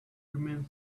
remain